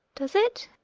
does it?